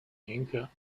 henker